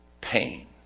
pain